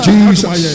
Jesus